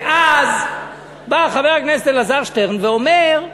ואז בא חבר הכנסת אלעזר שטרן ואומר: